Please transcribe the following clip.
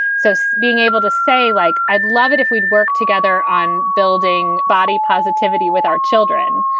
so so being able to say, like, i'd love it if we'd work together on building body positivity with our children.